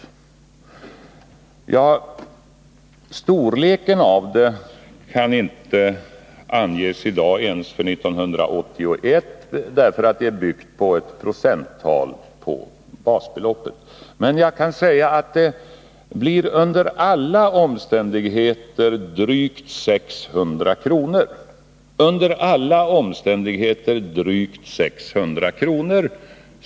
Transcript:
Ja, storleken av det kan inte anges i dag ens för 1981, därför att pensionstillskottet är byggt på ett procenttal av basbeloppet. Men jag kan säga att det under alla omständigheter blir drygt 600 kr. — jag upprepar att det under alla omständigheter blir drygt 600 kr.